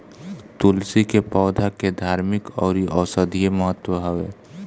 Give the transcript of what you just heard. तुलसी के पौधा के धार्मिक अउरी औषधीय महत्व हवे